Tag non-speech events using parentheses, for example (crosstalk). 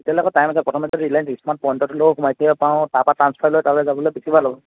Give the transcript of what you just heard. তেতিয়া হ'লে আকৌ টাইম আছে প্ৰথমতে ৰিলায়েঞ্চ স্মাৰ্ট পইণ্টোতে হ'লেও সোমাই (unintelligible) পাওঁ তাৰ পৰা ট্ৰান্সফাৰ লৈ তালৈ যাবলৈ বেছি ভাল হ'ব